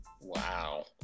wow